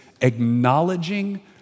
acknowledging